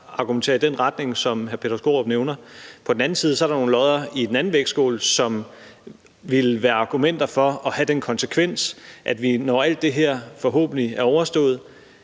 argumenterer i den retning, som hr. Peter Skaarup nævner. På den anden side er der nogle lodder i den anden vægtskål, som ville være argumenter for at have den konsekvens, at vi, når alt det her forhåbentlig er overstået,